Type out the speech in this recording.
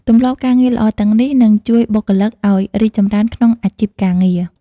ទម្លាប់ការងារល្អទាំងនេះ នឹងជួយបុគ្គលិកឲ្យរីកចម្រើនក្នុងអាជីពការងារ។